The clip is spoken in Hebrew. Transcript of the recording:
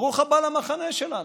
ברוך הבא למחנה שלנו.